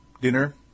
dinner